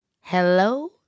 Hello